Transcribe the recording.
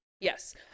yes